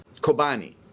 Kobani